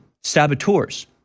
saboteurs